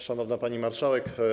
Szanowna Pani Marszałek!